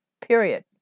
period